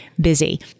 busy